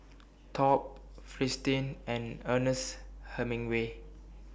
Top Fristine and Ernest Hemingway